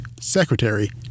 Secretary